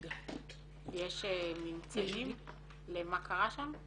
יש ממצאים מה קרה שם?